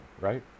right